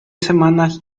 semanas